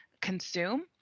consume